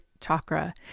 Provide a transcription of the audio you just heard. chakra